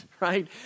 right